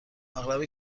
اغلب